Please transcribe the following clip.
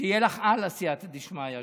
שתהיה לך הלאה סייעתא דשמיא,